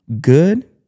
good